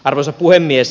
arvoisa puhemies